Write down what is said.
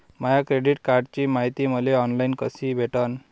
माया credit कार्डची मायती मले ऑनलाईन कसी भेटन?